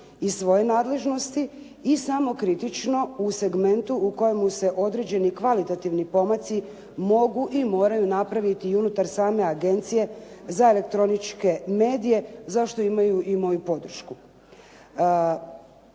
iz svoje nadležnosti i samokritično u segmentu u kojemu se određeni kvalitativni pomaci mogu i moraju napraviti i unutar same Agencije za elektroničke medije za što imaju i moju podršku.